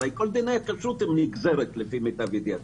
הרי כל דיני הכשרות הם נגזרת, לפי מיטב ידיעתי.